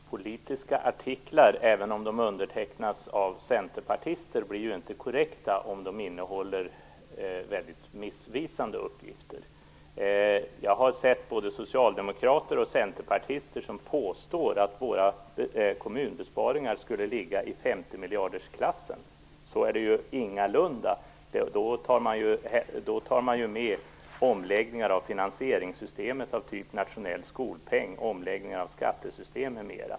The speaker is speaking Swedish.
Fru talman! Politiska artiklar som innehåller väldigt missvisande uppgifter blir inte korrekta av att undertecknas av centerpartister. Jag har sett både socialdemokrater och centerpartister som påstår att våra kommunala besparingar skulle ligga i 50 miljardersklassen. Så är det ingalunda. Då tar man med omläggningar av finansieringssystem av typen nationell skolpeng, skattesystem m.m.